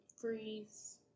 Freeze